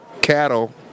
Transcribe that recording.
cattle